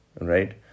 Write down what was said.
right